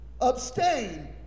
abstain